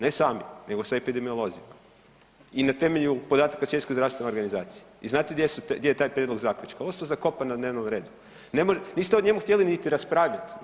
Ne sami nego sa epidemiolozima i na temelju podataka Svjetske zdravstvene organizacije i znate gdje je taj prijedlog zaključka, ostao zakopan na dnevnom redu, niste o njemu htjeli niti raspravljati.